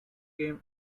game